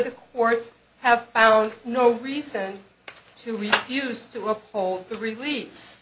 the courts have found no reason to refuse to uphold the release